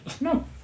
No